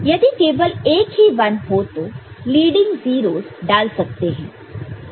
यदि केवल एक ही 1 हो तो लीडिंग 0's डाल सकते हैं